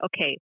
okay